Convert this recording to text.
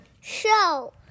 show